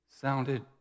sounded